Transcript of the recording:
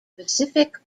pacific